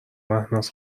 مهناز